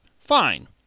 fine